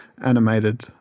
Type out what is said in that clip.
animated